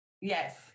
Yes